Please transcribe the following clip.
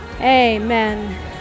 amen